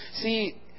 See